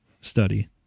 study